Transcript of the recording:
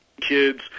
Kids